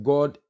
God